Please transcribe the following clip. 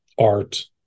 art